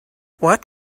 what